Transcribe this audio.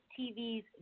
TV's